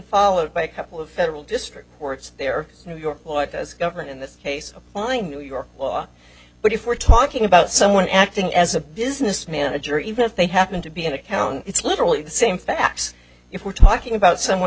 followed by a couple of federal district courts there are new york court as government in this case applying new york law but if we're talking about someone acting as a business manager even if they happen to be an accounting it's literally the same facts if we're talking about someone